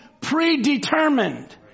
predetermined